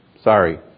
sorry